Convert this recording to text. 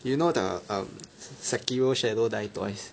do you know the um Sekiro Shadows Die Twice